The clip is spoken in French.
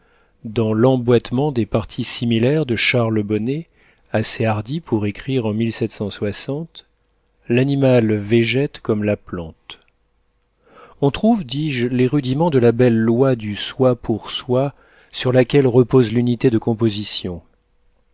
dans l'emboîtement des parties similaires de charles bonnet assez hardi pour écrire en l'animal végète comme la plante on trouve dis-je les rudiments de la belle loi du soi pour soi sur laquelle repose l'unité de composition